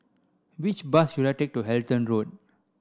which bus should I take to Halton Road